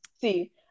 See